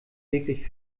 wirklich